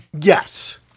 Yes